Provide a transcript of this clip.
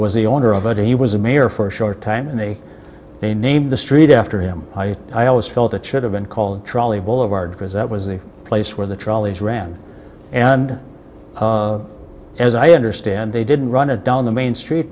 was the owner of a he was a mayor for a short time and they they named the street after him i always felt it should have been called trolley boulevard because that was the place where the trolleys ran and as i understand they didn't run it down the main street